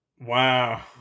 Wow